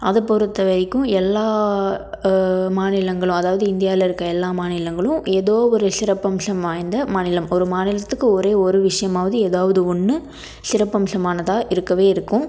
அது பொறுத்த வரைக்கும் எல்லா மாநிலங்களும் அதாவது இந்தியாவில் இருக்கற எல்லா மாநிலங்களும் ஏதோ ஒரு சிறப்பம்சம் வாய்ந்த மாநிலம் ஒரு மாநிலத்துக்கு ஒரே ஒரு விஷயமாது ஏதாவது ஒன்று சிறப்பம்சமானதாக இருக்கவே இருக்கும்